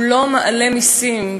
הוא לא מעלה מסים.